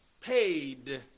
paid